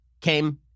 came